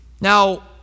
Now